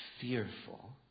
fearful